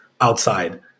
outside